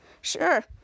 Sure